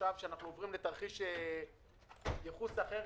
עכשיו כשאנחנו עוברים לתרחיש ייחוס אחר,